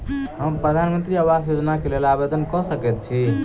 हम प्रधानमंत्री आवास योजना केँ लेल आवेदन कऽ सकैत छी?